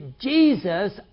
Jesus